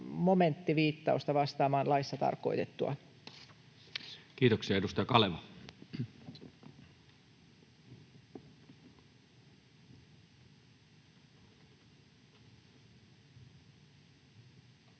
momenttiviittausta vastaamaan laissa tarkoitettua. Kiitoksia. — Edustaja Kaleva. Arvoisa